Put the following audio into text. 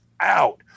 out